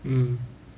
mm